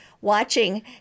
watching